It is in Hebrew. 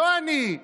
לא אני.